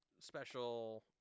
special